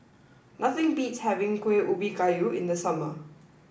nothing beats having Kuhn Ubi Kayu in the summer